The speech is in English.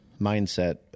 mindset